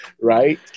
Right